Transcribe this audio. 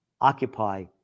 Occupy